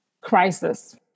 crisis